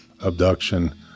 abduction